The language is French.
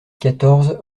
quatorze